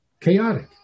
chaotic